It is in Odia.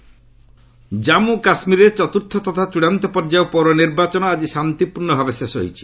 ଜେକେ ପୋଲ୍ସ୍ ଜନ୍ମୁ କାଶ୍ମୀରରେ ଚତୁର୍ଥ ତଥା ଚୂଡ଼ାନ୍ତ ପର୍ଯ୍ୟାୟ ପୌର ନିର୍ବାଚନ ଆଜି ଶାନ୍ତିପୂର୍ଣ୍ଣ ଭାବେ ଶେଷ ହୋଇଛି